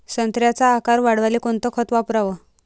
संत्र्याचा आकार वाढवाले कोणतं खत वापराव?